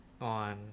on